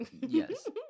Yes